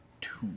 two